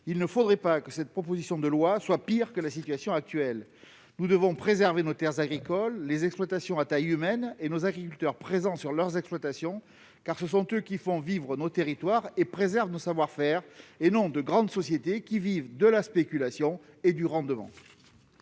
Il ne faudrait pas que cette proposition de loi soit pire que la situation actuelle. Nous devons préserver nos terres agricoles et les exploitations à taille humaine, mais aussi faire en sorte que nos agriculteurs soient présents sur leurs exploitations, car ce sont eux qui font vivre nos territoires et entretiennent nos savoir-faire, et non de grandes sociétés qui vivent de la spéculation et du rendement.